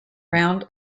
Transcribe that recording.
round